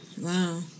Wow